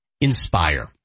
Inspire